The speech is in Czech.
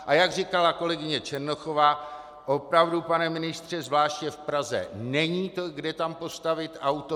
A jak říkala kolegyně Černochová, opravdu, pane ministře, zvláště v Praze není kde tam postavit auto.